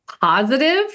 positive